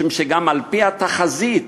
משום שגם על-פי התחזית